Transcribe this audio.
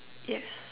yes